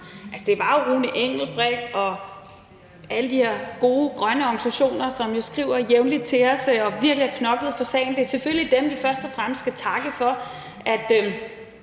er jo Rune Engelbreth Larsen og alle de her gode, grønne organisationer, som jævnligt skriver til os, der virkelig har knoklet for sagen, og det er selvfølgelig dem, vi først og fremmest skal takke for, at